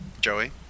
Joey